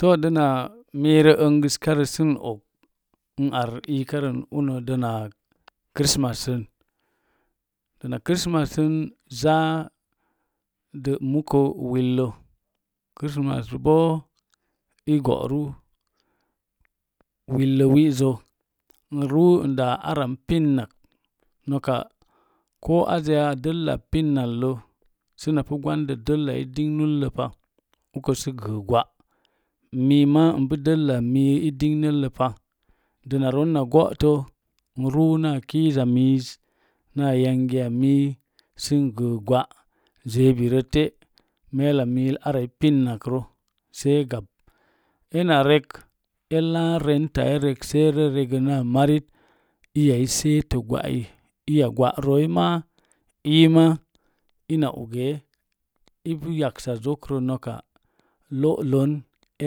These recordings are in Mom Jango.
To dina miiro əngəskarə sə og i ariikarə dəna kristmassən dəna kristmassən zaa də mukə willə kristmas boo i go'ru willowizo iru i daa ava pinnak noka ko azə ya dəlla pinnallə napu dəellai dingnullə pa ukə sə gəə gwa mi ma ipu dəlla mii i dingnellə pa dənaron na goto i ruu naa kiiza miiz naa yangi mii sə i gə gwa zebirə te’ melamiil ara i pinnakrə se gap ena rek e laa reenta se ree rek na marit iya i seetə gwa'ayi iya gwa'roi ma ii ma ina ogee ipu yaksazokrə noka lo'lon e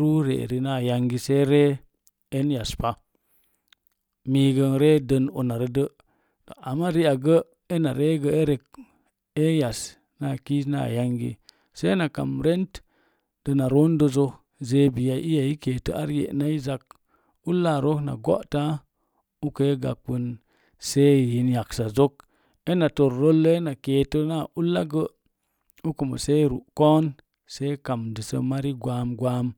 ruuri eri naa yangi səe ree en yaspa mii gə səe ree en yaspa mii gə i ree dən unarə də ri'akgə ena ree gə erek ee yas na ki na erek ee yas na ki’ na yaugi ena kam re̱nt dəna roondəzə zeebiya na iya keeta ar ye'nai zak ulla rook na go'ta ukə a gaɓɓn se yin yaksazok ena tor rollə ena keta na ullagə ukə mo se ru'koon se kamdəssə mari gwam gwam